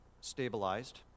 stabilized